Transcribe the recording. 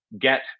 get